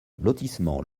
lotissement